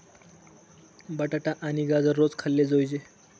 बटाटा आणि गाजर रोज खाल्ले जोयजे